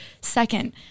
Second